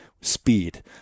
speed